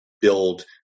build